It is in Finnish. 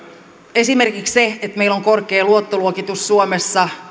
esimerkiksi sille että meillä on korkea luottoluokitus suomessa